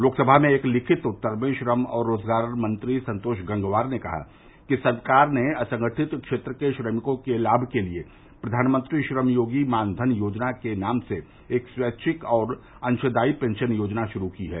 लोकसभा में एक लिखित उत्तर में श्रम और रोजगार मंत्री संतोष गंगवार ने कहा कि सरकार ने असंगठित क्षेत्र के श्रमिकों के लाम के लिए प्रधानमंत्री श्रम योगी मानधन योजना के नाम से एक स्वैच्छिक और अंशदायी पेंशन योजना शुरू की है